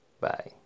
Bye